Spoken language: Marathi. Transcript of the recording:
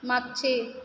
मागचे